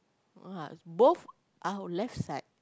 !wah! both our left side